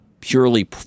purely